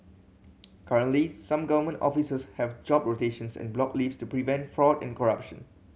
currently some government offices have job rotations and block leave to prevent fraud and corruption